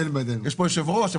יש פה יושב-ראש,